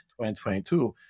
2022